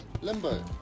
Limbo